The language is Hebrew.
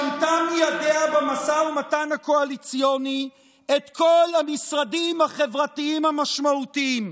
שמטה מידיה במשא ומתן הקואליציוני את כל המשרדים החברתיים המשמעותיים?